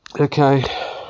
okay